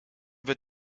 wird